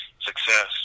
success